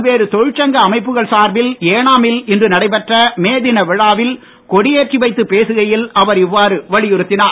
பல்வேறு தொழிற்சங்க அமைப்புகள் சார்பில் ஏனாமில் இன்று நடைபெற்ற மே தின விழாவில் கொடியேற்றி வைத்து பேசிகையில் அவர் இவ்வாறு வலியுறுத்தினார்